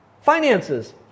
finances